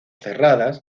cerradas